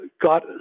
got